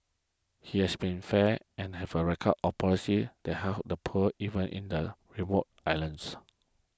he has been fair and have a record of policies that help the poor even in the remote islands